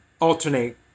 alternate